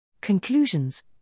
Conclusions